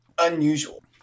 unusual